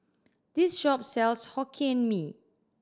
this shop sells Hokkien Mee